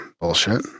bullshit